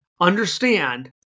understand